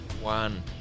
one